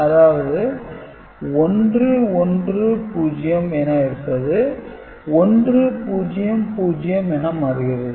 அதாவது 110 என இருப்பது 100 என மாறுகிறது